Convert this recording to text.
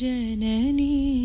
Janani